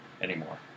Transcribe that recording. anymore